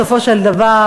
בסופו של דבר,